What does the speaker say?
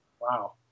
Wow